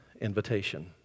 invitation